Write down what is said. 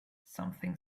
something